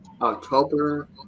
October